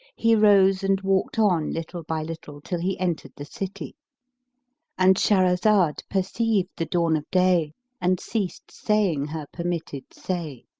he rose and walked on little by little, till he entered the city and shahrazad perceived the dawn of day and ceased saying her permitted say.